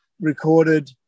recorded